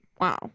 Wow